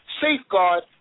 safeguard